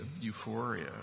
euphoria